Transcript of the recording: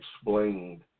explained